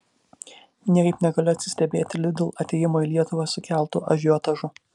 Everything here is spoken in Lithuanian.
niekaip negaliu atsistebėti lidl atėjimo į lietuvą sukeltu ažiotažu